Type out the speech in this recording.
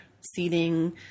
seating